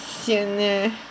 sian eh